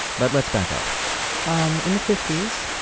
but let's back up um in the fifty s,